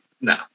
No